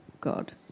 God